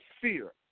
fear